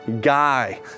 guy